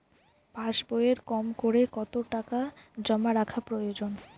পাশবইয়ে কমকরে কত টাকা জমা রাখা প্রয়োজন?